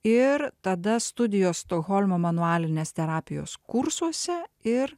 ir tada studijos stokholmo manualinės terapijos kursuose ir